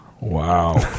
wow